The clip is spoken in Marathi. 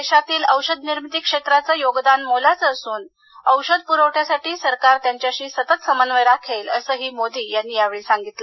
देशातील औषध निर्मिती क्षेत्राचं योगदान मोलाचं असून औषध पुरवठ्यासाठी सरकार त्यांच्याशी सतत समन्वय राखेल असंही मोदी यांनी या वेळी सांगितलं